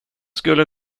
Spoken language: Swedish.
skulle